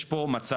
יש פה מצב,